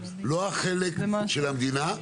לא החלק של המדינה.